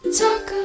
talk